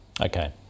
Okay